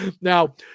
now